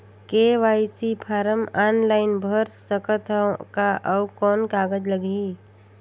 KYC form online भर सकत हवं का? अउ कौन कागज लगही?